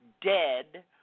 dead